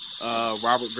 Robert